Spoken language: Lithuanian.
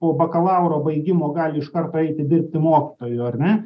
po bakalauro baigimo gali iš karto eiti dirbti mokytoju ar ne